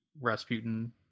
Rasputin